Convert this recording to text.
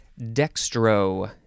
dextro